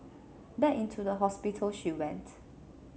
back into the hospital she went